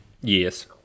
Yes